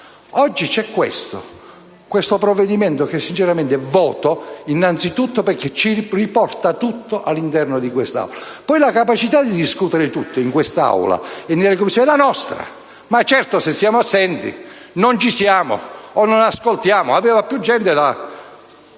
Oggi esaminiamo questo provvedimento che sinceramente voto, innanzitutto perché riporta tutto all'interno di quest'Aula. La capacità di discutere tutto in Aula e nelle Commissioni è nostra. Se però siamo assenti, non ci siamo o non ascoltiamo, è altra cosa.